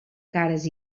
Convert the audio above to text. cares